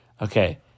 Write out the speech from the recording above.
Okay